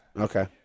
Okay